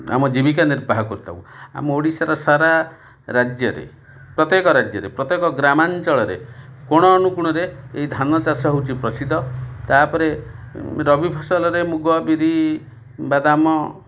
ଆମ ଜୀବିକା ନିର୍ବାହ କରିଥାଉ ଆମ ଓଡ଼ିଶାର ସାରା ରାଜ୍ୟରେ ପ୍ରତ୍ୟେକ ରାଜ୍ୟରେ ପ୍ରତ୍ୟେକ ଗ୍ରାମାଞ୍ଚଳରେ କୋଣ ଅନୁକୋଣରେ ଏଇ ଧାନ ଚାଷ ହେଉଛି ପ୍ରସିଦ୍ଧ ତାପରେ ରବି ଫସଲରେ ମୁଗ ବିରି ବାଦାମ